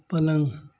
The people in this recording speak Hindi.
पलंग